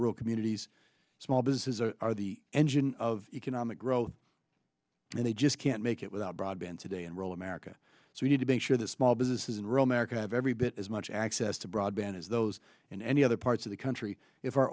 rural communities small businesses are the engine of economic growth and they just can't make it without broadband today enroll america so we need to make sure that small businesses in rural america have every bit as much access to broadband as those in any other parts of the country if our